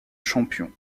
champion